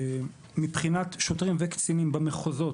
מבחינת שוטרים וקצינים במחוזות,